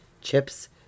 Chips